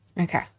Okay